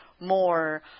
more